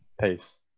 pace